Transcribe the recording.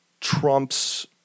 Trump's